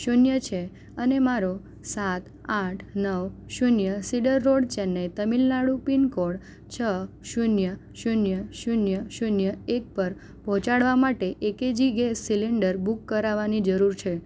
શૂન્ય છે અને મારે સાત આઠ નવ શૂન્ય cedar road Chennai Tamil Nadu pin code છ શૂન્ય શૂન્ય શૂન્ય શૂન્ય એક પર પહોંચાડવા માટે એકેજી ગેસ સિલિન્ડર બુક કરાવવાની જરૂર છે